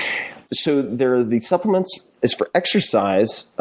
so there are the supplements. as for exercise,